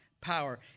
power